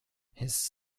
his